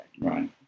Right